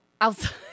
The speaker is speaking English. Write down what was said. outside